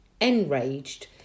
enraged